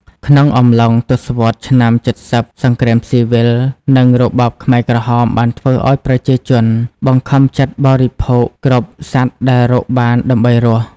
ក្នុងអំឡុងទសវត្សរ៍ឆ្នាំ ៧០ សង្គ្រាមស៊ីវិល និងរបបខ្មែរក្រហមបានធ្វើឱ្យប្រជាជនបង្ខំចិត្តបរិភោគគ្រប់សត្វដែលរកបានដើម្បីរស់។